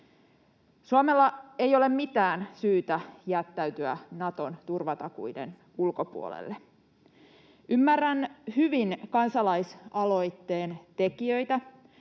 Suomella ei ole mitään syytä jättäytyä Naton turvatakuiden ulkopuolelle. Ymmärrän hyvin kansalaisaloitteen tekijöitä.